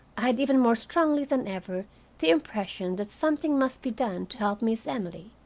i had even more strongly than ever the impression that something must be done to help miss emily,